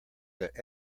that